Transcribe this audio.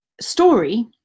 story